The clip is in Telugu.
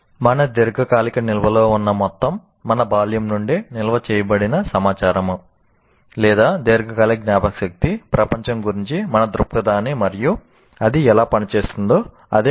మన దీర్ఘకాలిక నిల్వలో ఉన్న మొత్తం లేదా దీర్ఘకాలిక జ్ఞాపకశక్తి ప్రపంచం గురించి మన దృక్పథాన్ని మరియు అది ఎలా పనిచేస్తుందో అదే మనం